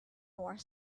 more